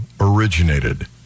originated